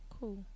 Cool